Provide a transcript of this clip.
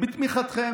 בתמיכתכם,